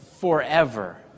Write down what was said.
Forever